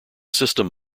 system